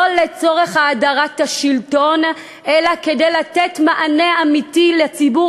לא לצורך האדרת השלטון אלא כדי לתת מענה אמיתי לציבור